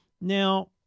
Now